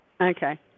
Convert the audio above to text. Okay